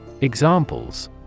examples